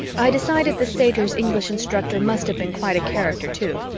i decided the satyr's english instructor must have been quite a character, too.